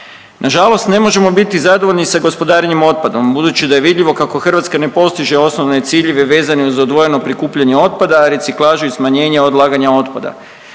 Nažalost ne možemo biti zadovoljni sa gospodarenjem otpadom budući da je vidljivo kako Hrvatska ne postiže osnovne ciljeve vezane uz odvojeno prikupljanje otpada, reciklažu i smanjenje odlaganja otpada.